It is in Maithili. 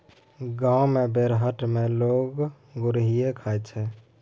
गाम मे बेरहट मे लोक मुरहीये खाइ छै